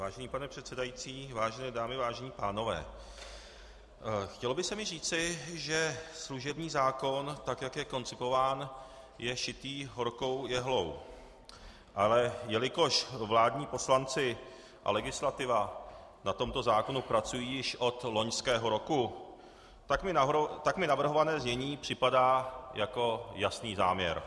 Vážený pane předsedající, vážené dámy, vážení pánové, chtělo by se mi říci, že služební zákon, tak jak je koncipován, je šitý horkou jehlou, ale jelikož vládní poslanci a legislativa na tomto zákonu pracují již od loňského roku, tak mi navrhované znění připadá jako jasný záměr.